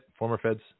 Formerfeds